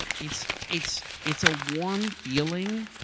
it's it's it's a warm feeling,